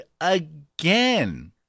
again